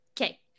Okay